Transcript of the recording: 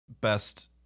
best